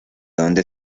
donde